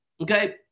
okay